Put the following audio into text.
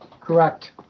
correct